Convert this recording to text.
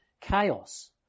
Chaos